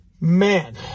Man